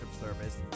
service